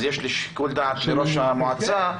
אז יש שיקול דעת לראש המועצה.